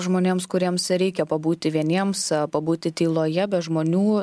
žmonėms kuriems reikia pabūti vieniems pabūti tyloje be žmonių